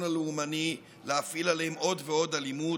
הלאומני להפעיל עליהם עוד ועוד אלימות,